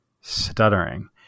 stuttering